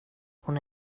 hon